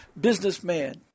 businessman